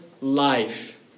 life